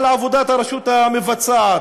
על עבודת הרשות המבצעת: